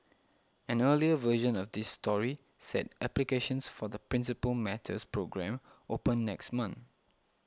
an earlier version of this story said applications for the Principal Matters programme open next month